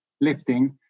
lifting